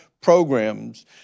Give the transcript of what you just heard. programs